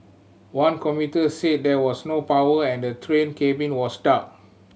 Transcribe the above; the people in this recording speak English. one commuter said there was no power and the train cabin was dark